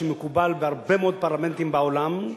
שמקובל בהרבה מאוד פרלמנטים בעולם,